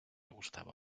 gustaba